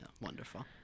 Wonderful